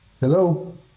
Hello